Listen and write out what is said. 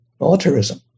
militarism